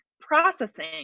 processing